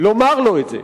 את האמת.